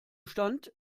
stand